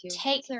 take